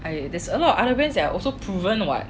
I there's a lot of other brands that are also proven [what]